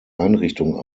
einrichtung